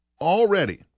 already